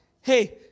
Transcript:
hey